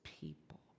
people